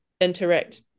interact